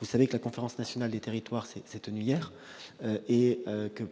Vous le savez, la Conférence nationale des territoires s'est tenue hier.